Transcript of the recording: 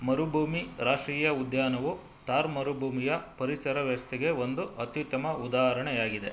ಮರುಭೂಮಿ ರಾಷ್ಟ್ರೀಯ ಉದ್ಯಾನವು ಥಾರ್ ಮರುಭೂಮಿಯ ಪರಿಸರ ವ್ಯವಸ್ಥೆಗೆ ಒಂದು ಅತ್ಯುತ್ತಮ ಉದಾಹರಣೆಯಾಗಿದೆ